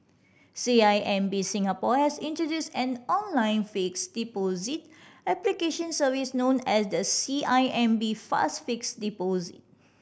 C I M B Singapore has introduced an online fixed deposit application service known as the C I M B Fast Fixed Deposit